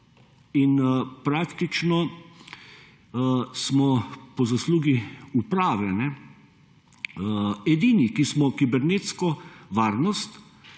Praktično smo po zaslugi uprave edini, ki smo kibernetsko varnost